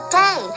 day